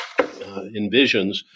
envisions